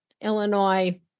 Illinois